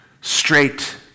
straight